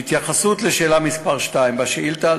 בהתייחסות לשאלה מס' 2 בשאילתה,